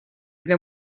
для